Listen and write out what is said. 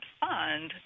fund